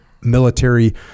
military